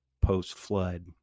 post-flood